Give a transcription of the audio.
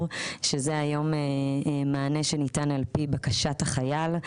שזה היום מענה שניתן על פי בקשת החייל.